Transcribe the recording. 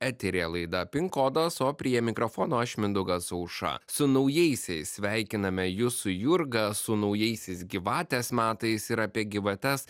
eteryje laida pin kodas o prie mikrofono aš mindaugas aušra su naujaisiais sveikiname jus su jurga su naujaisiais gyvatės metais ir apie gyvates